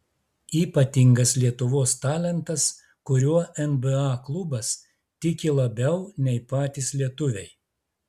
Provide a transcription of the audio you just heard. ypatingas lietuvos talentas kuriuo nba klubas tiki labiau nei patys lietuviai